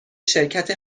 شرکت